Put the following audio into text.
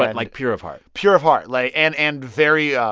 but like, pure of heart. pure of heart. like, and and very ah